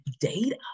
data